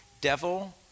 devil